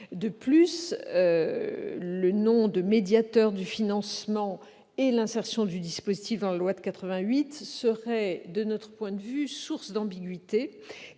De plus, le nom de « médiateur du financement » et l'insertion du dispositif dans la loi de 1988 seraient, à nos yeux, sources d'ambiguïtés